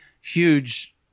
huge